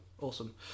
Awesome